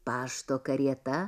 pašto karieta